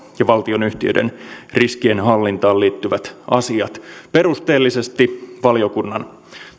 ja valtionyhtiöiden riskienhallintaan liittyvät asiat perusteellisesti valiokunnan